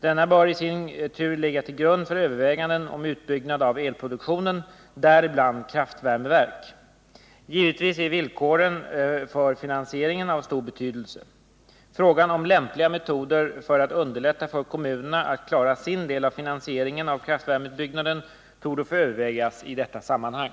Denna bör i sin tur ligga till grund för överväganden om utbyggnaden av elproduktionen, däribland kraftvärmeverk. Givetvis är villkoren för finansieringen av stor betydelse. Frågan om lämpliga metoder för att underlätta för kommunerna att klara sin del av finansieringen av kraftvärmeutbyggnaden torde få övervägas i detta sammanhang.